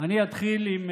אני אתחיל עם